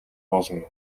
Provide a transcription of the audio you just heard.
болно